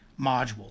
module